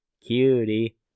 cutie